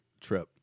trip